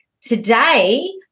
Today